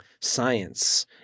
science